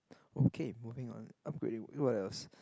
okay moving on upgrading what else